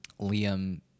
Liam